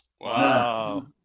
Wow